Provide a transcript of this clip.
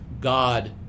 God